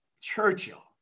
Churchill